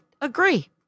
agree